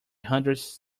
hundred